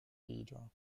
leader